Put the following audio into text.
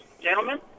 gentlemen